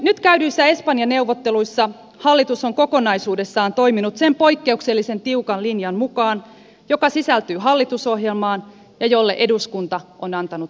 nyt käydyissä espanja neuvotteluissa hallitus on kokonaisuudessaan toiminut sen poikkeuksellisen tiukan linjan mukaan joka sisältyy hallitusohjelmaan ja jolle eduskunta on antanut tukensa